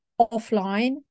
offline